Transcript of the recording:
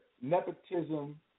nepotism